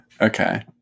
okay